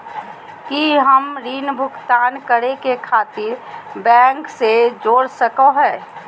की हम ऋण भुगतान करे खातिर बैंक से जोड़ सको हियै?